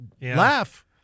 laugh